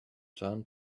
turn